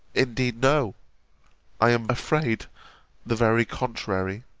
indeed, no i am afraid the very contrary.